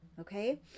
okay